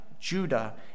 Judah